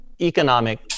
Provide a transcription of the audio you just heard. economic